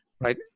right